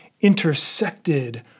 intersected